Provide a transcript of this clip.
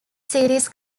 series